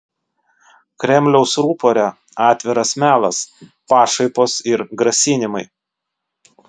kremliaus rupore atviras melas pašaipos ir grasinimai